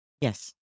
Yes